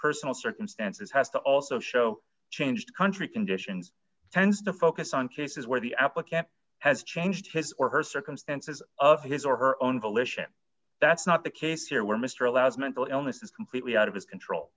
personal circumstances has to also show change country conditions tends to focus on cases where the applicant has changed his or her circumstances of his or her own volition that's not the case here where mr allows mental illness is completely out of his control